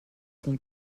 son